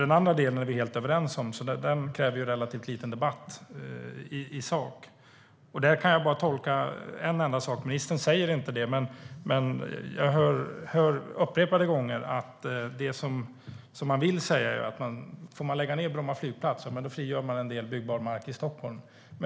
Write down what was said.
Den andra delen är vi ju helt överens om, så den kräver relativt lite debatt i sak. Här kan jag bara tolka in en enda sak. Ministern säger det inte, men jag hör upprepade gånger att det man vill säga är att om man får lägga ned Bromma flygplats frigör man en del byggbar mark i Stockholm.